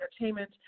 entertainment